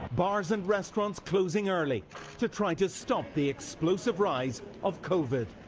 bars and restaurants closing early to try to stop the explosive rise of covid.